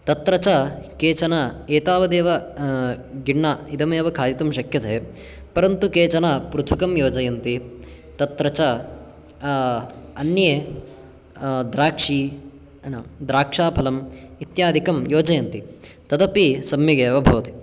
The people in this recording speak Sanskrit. तत्र च केचन एतावदेव गिण्ण इदमेव खादितुं शक्यते परन्तु केचन पृथुकं योजयन्ति तत्र च अन्ये द्राक्षी न द्राक्षाफलम् इत्यादिकं योजयन्ति तदपि सम्यगेव भवति